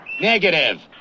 Negative